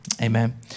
amen